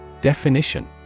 Definition